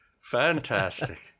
fantastic